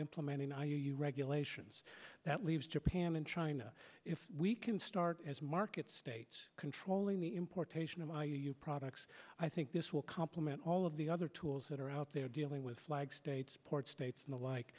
implementing our you regulations that leaves japan and china if we can start as market states controlling the importation of all your products i think this will complement all of the other tools that are out there dealing with flag states port states and the like